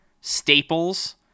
staples